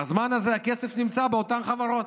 בזמן הזה הכסף נמצא באותן חברות.